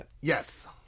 Yes